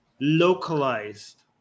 localized